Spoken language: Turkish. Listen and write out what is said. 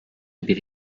bir